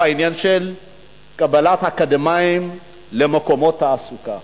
העניין של קבלת אקדמאים למקומות תעסוקה.